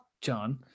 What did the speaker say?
John